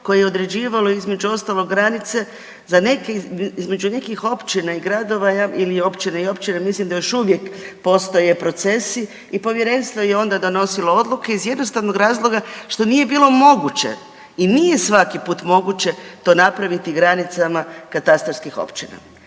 koje je određivalo između ostalog, granice, između nekih općina i gradova ili općina i općina, mislim da još uvijek postoje procesi i povjerenstvo je onda donosilo odluke iz jednostavnog razloga što nije bilo moguće i nije svaki put moguće to napraviti granicama katastarskih općina.